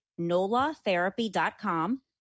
nolatherapy.com